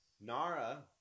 Nara